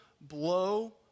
blow